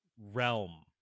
realm